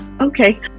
okay